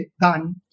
done